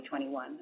2021